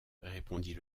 répondit